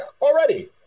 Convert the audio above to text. already